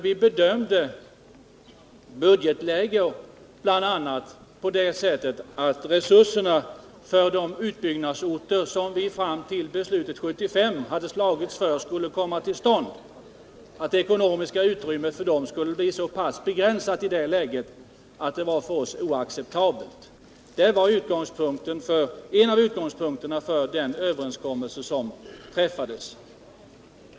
Vi bedömde nämligen bl.a. budgetläget på det sättet att när det gällde de utbyggnadsorter som vi fram till beslutet 1975 hade slagits för skulle det ekonomiska utrymmet bli så pass begränsat att det var för oss oacceptabelt. Det var en av utgångspunkterna för den överenskommelse som träffades.